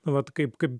vat kaip kaip